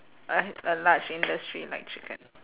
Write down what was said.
uh a large industry like chicken